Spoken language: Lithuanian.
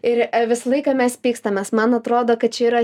ir visą laiką mes pykstamės man atrodo kad čia yra